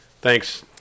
thanks